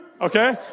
okay